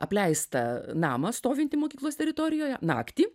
apleistą namą stovintį mokyklos teritorijoje naktį